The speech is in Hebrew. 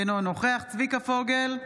אינו נוכח צביקה פוגל,